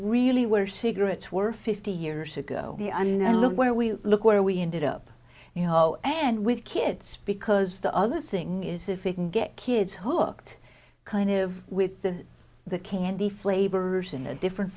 really where cigarettes were fifty years ago the onion and look where we look where we ended up you know and with kids because the other thing is if we can get kids hooked kind of with the the candy flavors in a different